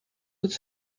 could